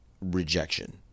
rejection